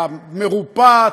המרופט,